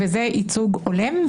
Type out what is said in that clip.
וזה ייצוג הולם?